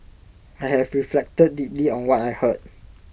I have reflected deeply on what I heard